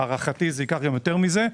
להערכתי יותר מזה,